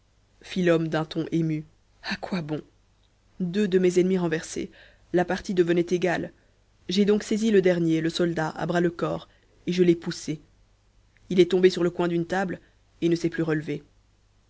fit l'homme d'un ton ému à quoi bon deux de mes ennemis renversés la partie devenait égale j'ai donc saisi le dernier le soldat à bras le corps et je l'ai poussé il est tombé sur le coin d'une table et ne s'est plus relevé